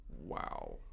Wow